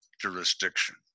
jurisdiction